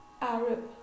Arab